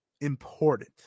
Important